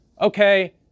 Okay